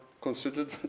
considered